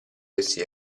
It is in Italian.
essi